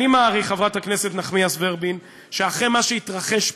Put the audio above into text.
חברת הכנסת נחמיאס ורבין, שאחרי מה שהתרחש פה,